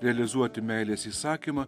realizuoti meilės įsakymą